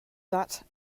that